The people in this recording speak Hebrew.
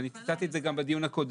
ואני ציטטתי את זה גם בדיון הקודם.